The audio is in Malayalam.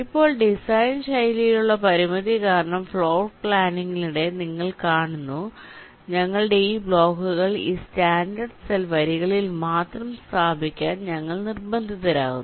ഇപ്പോൾ ഡിസൈൻ ശൈലിയിലുള്ള പരിമിതി കാരണം ഫ്ലോർ പ്ലാനിംഗിനിടെ നിങ്ങൾ കാണുന്നു ഞങ്ങളുടെ ഈ ബ്ലോക്കുകൾ ഈ സ്റ്റാൻഡേർഡ് സെൽ വരികളിൽ മാത്രം സ്ഥാപിക്കാൻ ഞങ്ങൾ നിർബന്ധിതരാകുന്നു